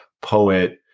poet